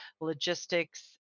logistics